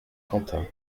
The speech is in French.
quentin